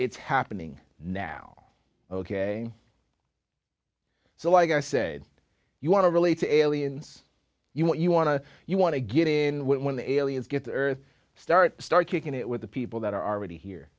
it's happening now ok so like i said you want to relate to aliens you want you want to you want to get in when the aliens get the earth start start kicking it with the people that are already here